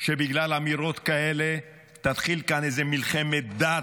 שבגלל אמירות כאלה תתחיל כאן איזו מלחמת דת.